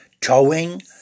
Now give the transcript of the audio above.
towing